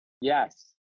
Yes